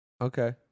Okay